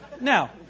Now